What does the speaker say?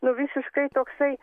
nu visiškai toksai